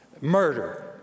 Murder